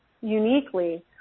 uniquely